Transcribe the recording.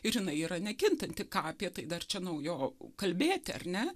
ir jinai yra nekintanti ką apie tai dar čia naujo kalbėti ar ne